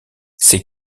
ses